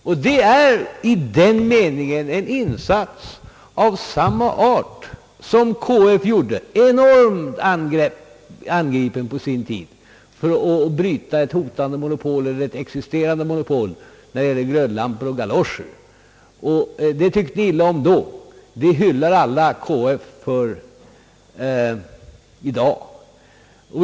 Skapandet av detta förlag är en insats av samma art som den KF gjorde — enormt angripen på sin tid — för att bryta ett existerande monopol när det gällde glödlampor och galoscher. Många tyckte illa om det då, men vi hyllar alla KF för det i dag.